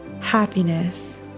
happiness